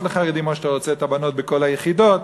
לחרדים או שאתה רוצה את הבנות בכל היחידות.